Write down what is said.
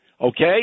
Okay